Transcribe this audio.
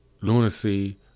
lunacy